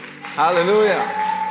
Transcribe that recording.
Hallelujah